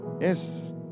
yes